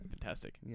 fantastic